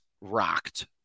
rocked